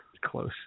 Close